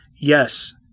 Yes